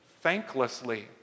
thanklessly